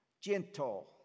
gentle